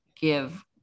give